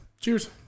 Cheers